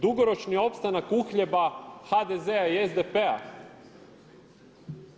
Dugoročni opstanak uhljeba HDZ-a i SDP-a?